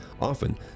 Often